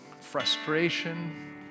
frustration